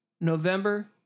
November